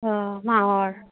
অঁ মাহৰ